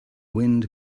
wind